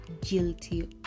guilty